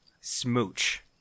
Smooch